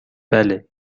بله